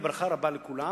זה יהיה לברכה רבה לכולם,